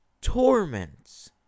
torments